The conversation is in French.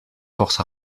force